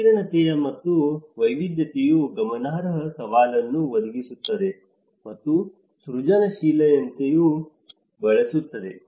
ಸಂಕೀರ್ಣತೆ ಮತ್ತು ವೈವಿಧ್ಯತೆಯು ಗಮನಾರ್ಹ ಸವಾಲನ್ನು ಒದಗಿಸುತ್ತದೆ ಮತ್ತು ಸೃಜನಶೀಲತೆಯನ್ನು ಬೆಳೆಸುತ್ತದೆ